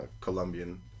colombian